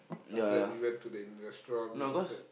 after that we went to the Indian restaurant after that